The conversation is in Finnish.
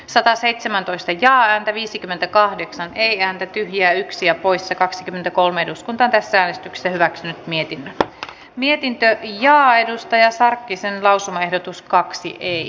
sataseitsemäntoista ja ääntä viisikymmentäkahdeksan ei jäänyt tyhjiä yksia poissa kaksikymmentäkolme eduskunta tässä äänestyksen hyväksynyt mietin mietintö linjaa edustaja sarkkisen lausumaehdotus kaksi ei